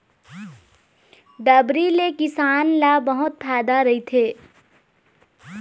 डबरी ले किसान ल बहुत फायदा रहिथे